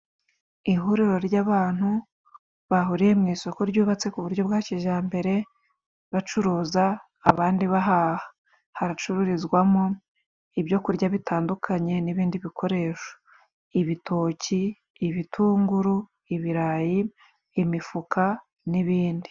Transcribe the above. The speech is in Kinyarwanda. Ihuriro ry'abantu bahuriye mu isoko ryubatse ku buryo bwa kijambere bacuruza abandi bahaha. Hacururizwamo ibyo kurya bitandukanye n'ibindi bikoresho: ibitoki, ibitunguru, ibirayi, imifuka, n'ibindi.